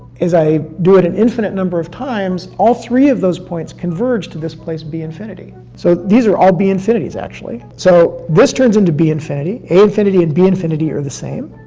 as i do it an infinite number of times, all three of those points converge to this place, b infinity. so, these are all b infinities, actually. so, this turns into b infinity. a infinity and b infinity are the same,